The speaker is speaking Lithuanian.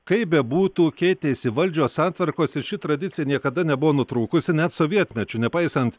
kaip bebūtų keitėsi valdžios santvarkos ir ši tradicija niekada nebuvo nutrūkusi net sovietmečiu nepaisant